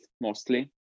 mostly